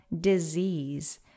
disease